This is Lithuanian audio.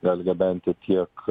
gali gabenti tiek